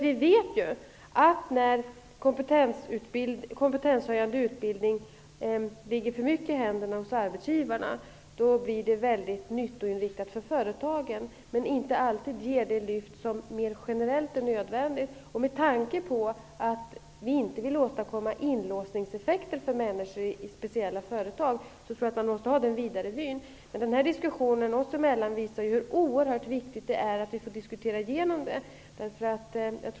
Vi vet att om kompetenshöjande utbildning ligger för mycket i arbetsgivarnas händer, blir den mycket nyttoinriktad för företagen men ger inte alltid det lyft som mer generellt är nödvändigt. Med tanke på att vi inte vill åstadkomma inlåsningseffekter för människor i speciella företag tror jag att vi måste ha denna vidare vy. Den här diskussionen oss emellan visar hur oerhört viktigt det är att vi får diskutera igenom detta.